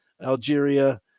Algeria